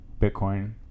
bitcoin